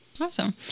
Awesome